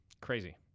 Crazy